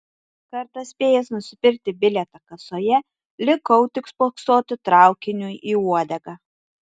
kartą spėjęs nusipirkti bilietą kasoje likau tik spoksoti traukiniui į uodegą